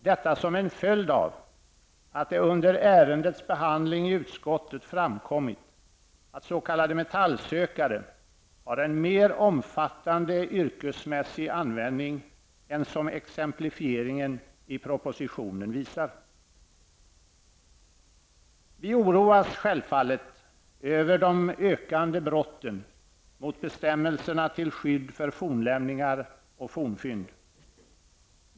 Detta som en följd av att det under ärendets behandling i utskottet framkommit att s.k. metallsökare har en mer omfattande yrkesmässig användning än som exemplifieringen i propositionen visar. Vi oroas självfallet över de ökande brotten mot bestämmelserna till skydd för fornlämningar och fornfynd.